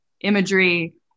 imagery